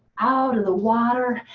out of the water.